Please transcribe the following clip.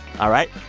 all right,